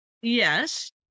Yes